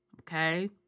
Okay